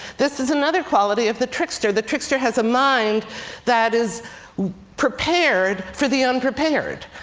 this is another quality of the trickster. the trickster has a mind that is prepared for the unprepared.